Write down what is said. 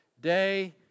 day